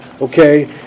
okay